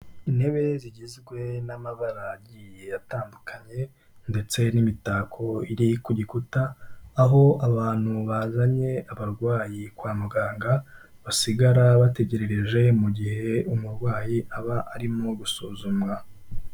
Intebe zigizwe n'amabara agiye atandukanye, ndetse n'imitako iri ku gikuta, aho abantu bazanye abarwayi kwa muganga basigara bategereje mu gihe umurwayi aba arimo gusuzumwa.